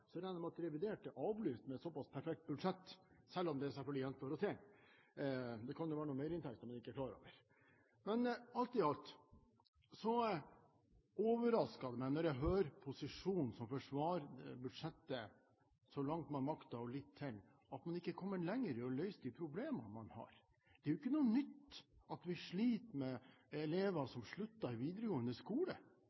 så langt man makter og litt til, at man ikke er kommet lenger i å løse de problemene man har. Det er ikke noe nytt at vi sliter med at elever